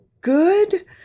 good